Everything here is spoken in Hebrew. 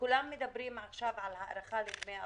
כולם מדברים עכשיו על הארכה לדמי אבטלה,